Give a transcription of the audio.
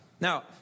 Now